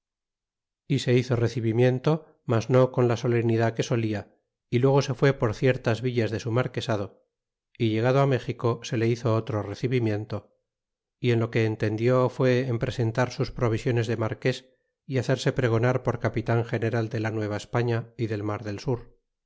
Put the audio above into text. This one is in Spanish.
é se hizo recibimiento mas no con la solenidad que solia y luego se fué por ciertas villas de su marquesado y llegado méxico se le hizo otro recibimiento y en lo que entendió fué en presentar sus provisiones de marques y hacerse pregonar por capitan general de la nueva españa y del mar del sur